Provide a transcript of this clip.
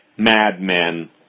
madmen